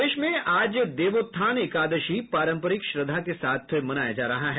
प्रदेश में आज देवोत्थान एकादशी पारम्परिक श्रद्धा के साथ मनाया जा रहा है